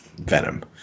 venom